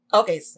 okay